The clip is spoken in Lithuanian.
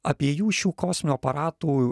abiejų šių kosminių aparatų